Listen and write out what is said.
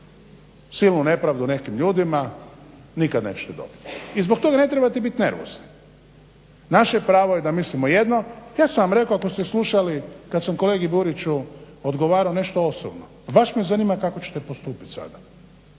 silnu nepravdu nekim ljudima nikad nećete dobit. I zbog toga ne trebate bit nervozni. Naše pravo je da misimo jedno, ja sam vam rekao ako ste slušali kad sam kolegi Buriću odgovarao nešto osobno baš me zanima kako ćete postupit sada.